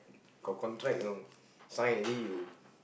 got contract you know sign already you